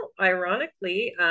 ironically